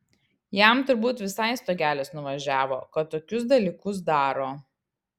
jam turbūt visai stogelis nuvažiavo kad tokius dalykus daro